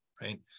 right